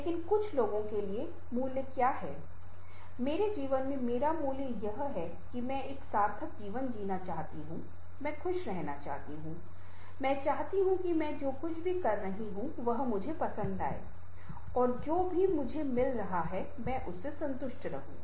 लेकिन कुछ लोगों के लिए मूल्य क्या है मेरे जीवन में मेरा मूल्य यह है कि मैं एक सार्थक जीवन जीना चाहता हूं मैं खुश रहना चाहता हूं मैं चाहता हूं कि मैं जो कुछ भी कर रहा हूं वह मुझे पसंद आए और जो भी मुझे मिल रहा है मैं संतुष्ट हूं